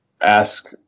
ask